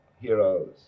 heroes